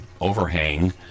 overhang